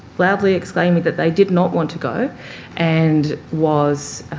loudly exclaiming that they did not want to go and was